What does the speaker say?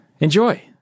Enjoy